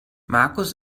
markus